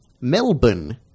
Melbourne